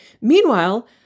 Meanwhile